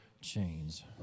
chains